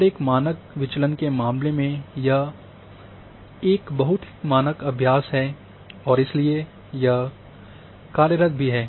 और एक मानक मानक विचलन के मामले में यह एक बहुत ही मानक अभ्यास है और इसलिए वह कार्यरत भी है